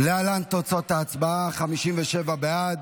להלן תוצאות ההצבעה: 57 בעד,